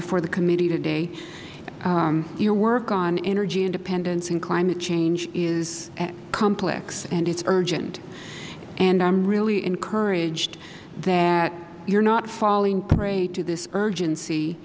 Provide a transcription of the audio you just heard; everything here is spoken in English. before the committee today your work on energy independence and climate change is complex and is urgent and i am really encouraged that you are not falling prey to this urgency